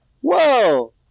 Whoa